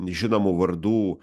žinomų vardų